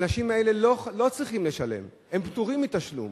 האנשים האלה לא צריכים לשלם, הם פטורים מתשלום.